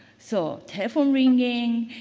so, telephone ringing.